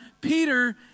Peter